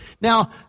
Now